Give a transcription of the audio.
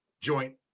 joint